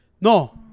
No